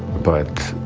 but